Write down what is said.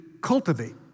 cultivate